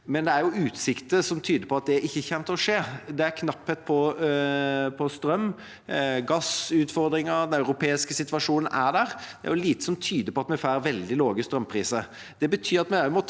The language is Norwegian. men det er utsikter som tyder på at det ikke kommer til å skje. Det er knapphet på strøm, det er gassutfordringer, og det er den europeiske situasjonen. Det er lite som tyder på at vi får veldig lave strømpriser. Det betyr at vi må ta